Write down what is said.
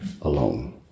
alone